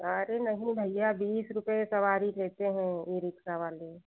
अरे नहीं भैया बीस रुपये सवारी लेते हैं यह रिक्सा वाले